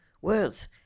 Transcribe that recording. words